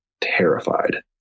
terrified